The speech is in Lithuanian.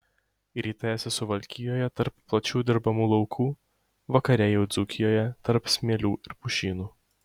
ryte esi suvalkijoje tarp plačių dirbamų laukų vakare jau dzūkijoje tarp smėlių ir pušynų